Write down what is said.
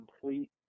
complete